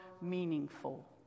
meaningful